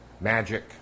magic